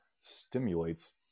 stimulates